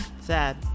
Sad